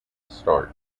start